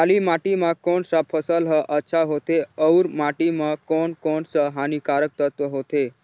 काली माटी मां कोन सा फसल ह अच्छा होथे अउर माटी म कोन कोन स हानिकारक तत्व होथे?